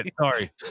sorry